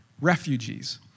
refugees